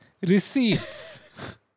receipts